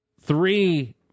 three